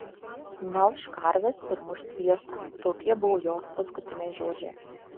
melš karves ir muš sviestą tokie buvo jos paskutiniai žodžiai